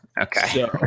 okay